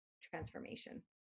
transformation